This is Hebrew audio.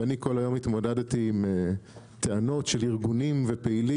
ואני כל היום התמודדתי עם טענות של ארגונים ופעילים.